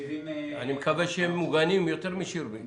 אני מקווה שהם מוגנים יותר מאשר שירביט.